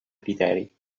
criteri